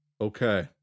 Okay